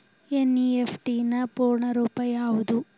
NEFT ನ ಪೂರ್ಣ ರೂಪ ಯಾವುದು?